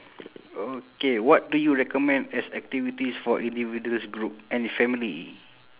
okay what do you recommend as activities for individuals group and family